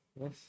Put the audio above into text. Yes